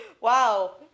Wow